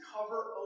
cover